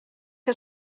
que